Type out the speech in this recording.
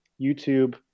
youtube